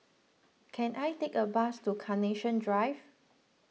can I take a bus to Carnation Drive